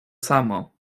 samo